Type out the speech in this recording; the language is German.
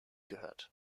gehört